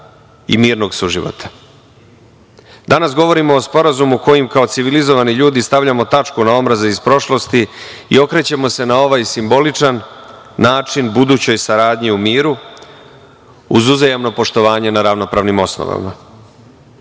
i mirnog suživota. Danas govorimo o sporazumu kojim kao civilizovani ljudi stavljamo tačku na omraze iz prošlosti i okrećemo se na ovaj simboličan način budućoj saradnji u miru uz uzajamno poštovanje na ravnopravnim osnovama. Često